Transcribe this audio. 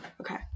Okay